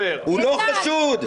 הוא לא חשוד?